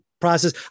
process